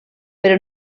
però